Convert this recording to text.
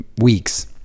weeks